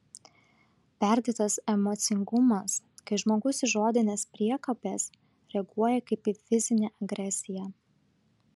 perdėtas emocingumas kai žmogus į žodines priekabes reaguoja kaip į fizinę agresiją